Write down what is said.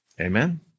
Amen